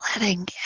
Letting